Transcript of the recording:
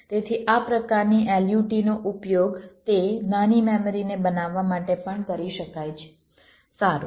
તેથી આ પ્રકારની LUT નો ઉપયોગ તે નાની મેમરીને બનાવવા માટે પણ કરી શકાય છે સારું